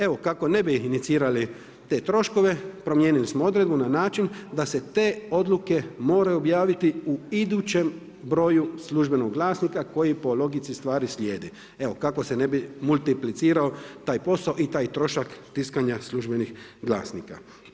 Evo kako ne bi inicirali te troškove promijenili smo odredbu na način da se te odluke moraju objaviti u idućem broju službenog glasnika koji po logici stvari slijedi evo kako se ne bi multiplicirao taj posao i taj trošak tiskanja službenih glasnika.